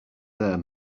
there